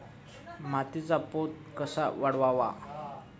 मातीचा पोत कसा वाढवावा?